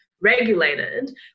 regulated